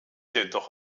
jedoch